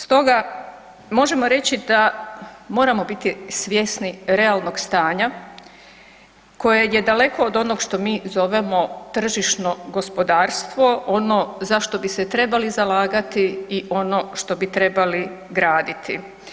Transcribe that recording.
Stoga možemo reći da moramo biti svjesni realnog stanja koje je daleko od onog što mi zovemo tržišno gospodarstvo, ono za što bi se trebali zalagati i ono što bi trebali graditi.